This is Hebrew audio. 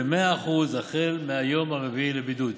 ו-100% החל מהיום הרביעי לבידוד,